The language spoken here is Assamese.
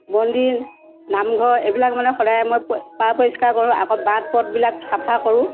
মন্দিৰ নামঘৰ এইবিলাক মানে সদায় মই পা পৰিষ্কাৰ কৰোঁ আকৌ বাট পথবিলাক চাফা কৰোঁ